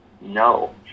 no